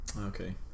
Okay